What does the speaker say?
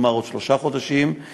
כלומר עוד שלושה חודשים,